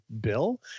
Bill